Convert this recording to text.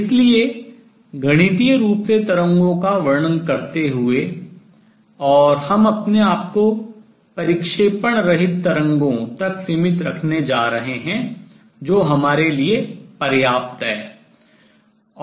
इसलिए गणितीय रूप से तरंगों का वर्णन करते हुए और हम अपने आप को परिक्षेपण रहित तरंगों तक सीमित रखने जा रहे हैं जो हमारे लिए पर्याप्त है